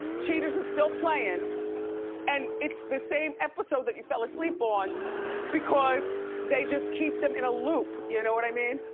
cheaters is still playin' and it's the same episode that you fell asleep on because they just keep them in a loop, you know what i mean?